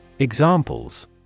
Examples